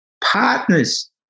partners